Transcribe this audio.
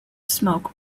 smoke